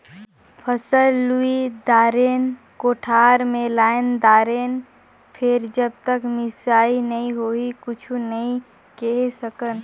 फसल लुई दारेन, कोठार मे लायन दारेन फेर जब तक मिसई नइ होही कुछु नइ केहे सकन